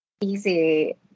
easy